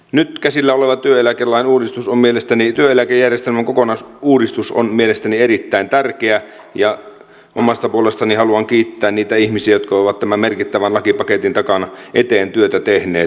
nyt käsillä oleva työeläkejärjestelmän kokonaisuudistus on mielestäni erittäin tärkeä ja omasta puolestani haluan kiittää niitä ihmisiä jotka ovat tämän merkittävän lakipaketin eteen työtä tehneet